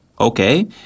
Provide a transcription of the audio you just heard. Okay